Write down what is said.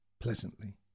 pleasantly